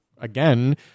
again